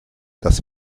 das